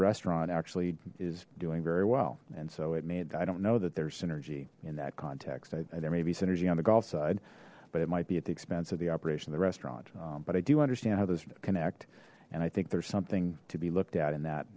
restaurant actually is doing very well and so it made i don't know that there's synergy in that context i there may be synergy on the golf side but it might be at the expense of the operation of the restaurant but i do understand how those connect and i think there's something to be looked at in that